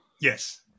Yes